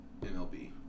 mlb